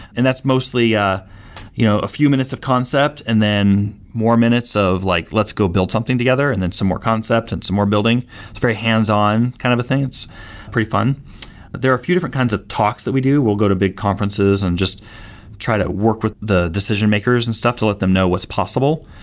that's mostly ah you know a few minutes of concept and then more minutes of like let's go build something together, and then some more concepts and some more building it's very hands-on kind of a thing. it's pretty fun there are a few different kinds of talks that we do. we'll go to big conferences and just try to work with the decision-makers and stuff to let them know what's possible.